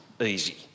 easy